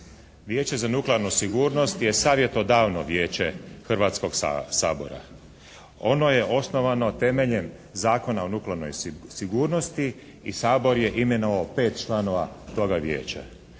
Vijeće za nuklearno sigurnost je savjetodavno vijeće Hrvatskog sabora. Ono je osnovano temeljem Zakona o nuklearnoj sigurnosti i Sabor je imenovao 5 članova toga Vijeća.